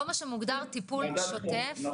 לא מה שמוגדר טיפול שוטף.